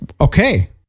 Okay